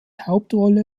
hauptrolle